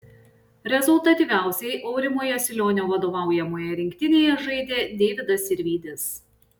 rezultatyviausiai aurimo jasilionio vadovaujamoje rinktinėje žaidė deividas sirvydis